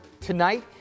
Tonight